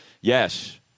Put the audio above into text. Yes